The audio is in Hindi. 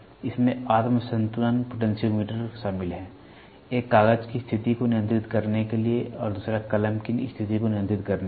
इसमें आत्म संतुलन पोटेंशियोमीटर शामिल है एक कागज की स्थिति को नियंत्रित करने के लिए और दूसरा कलम की स्थिति को नियंत्रित करने के लिए